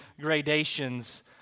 gradations